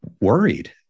worried